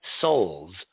souls